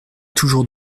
toujours